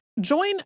Join